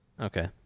Okay